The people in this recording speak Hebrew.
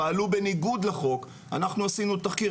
פעלו בניגוד לחוק אנחנו עשינו תחקיר,